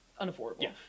unaffordable